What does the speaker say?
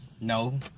No